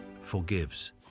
forgives